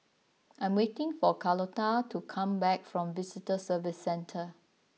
I am waiting for Carlotta to come back from Visitor Services Centre